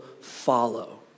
follow